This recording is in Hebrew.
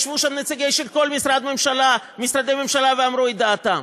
וישבו שם נציגים של כל משרדי הממשלה ואמרו את דעתם.